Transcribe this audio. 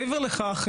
מעבר לכך,